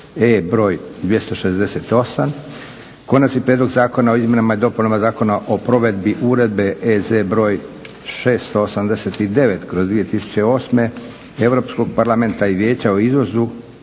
br. 268, - Konačni prijedlog zakona o izmjenama i dopunama Zakona o provedbi Uredbe (EZ) br. 689/2008 Europskoga parlamenta i Vijeća o izvozu